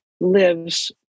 lives